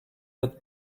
with